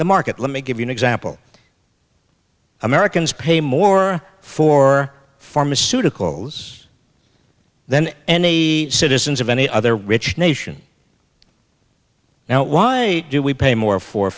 the market let me give you an example americans pay more for pharmaceuticals than any the citizens of any other rich nation now why do we pay more for